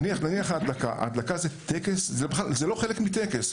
למשל ההדלקה, זה לא חלק מטקס.